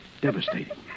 Devastating